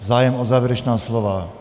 Zájem o závěrečná slova?